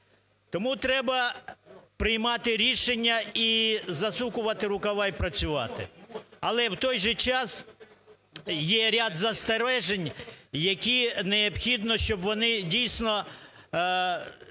Тому треба приймати рішення і засукувати рукава і працювати. Але в той же час є ряд застережень, які необхідно, щоб вони, дійсно,